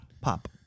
pop